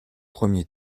premier